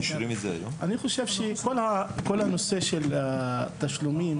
אני חושב שכל הנושא של התשלומים,